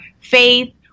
faith